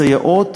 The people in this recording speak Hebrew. הסייעות,